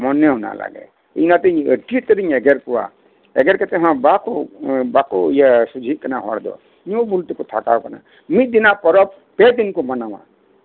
ᱢᱚᱱᱮᱣ ᱱᱟ ᱞᱟᱜᱮ ᱤᱧ ᱚᱱᱟᱛᱮ ᱟᱹᱰᱤ ᱟᱸᱴᱤᱧ ᱮᱜᱮᱨ ᱠᱚᱣᱟ ᱮᱜᱮᱨ ᱠᱟᱛᱮᱫ ᱦᱚᱸ ᱵᱟᱠᱚ ᱤᱭᱟᱹ ᱵᱟᱠᱚ ᱥᱚᱡᱷᱮᱜ ᱠᱟᱱᱟ ᱦᱚᱲ ᱫᱚ ᱧᱩ ᱵᱩᱞ ᱛᱮᱠᱚ ᱛᱷᱟᱠᱟᱣ ᱟᱠᱟᱱᱟ ᱢᱤᱫ ᱫᱤᱱᱟᱜ ᱯᱚᱨᱚᱵᱽ ᱯᱮ ᱫᱤᱱ ᱠᱚ ᱢᱟᱱᱟᱣᱟ